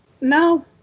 no